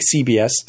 CBS